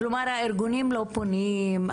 כלומר הארגונים לא פונים,